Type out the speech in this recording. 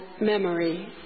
memory